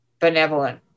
benevolent